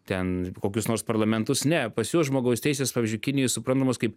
ten kokius nors parlamentus ne pas juos žmogaus teisės pavyzdžiui kinijoj suprantamos kaip